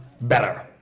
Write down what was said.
better